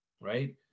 right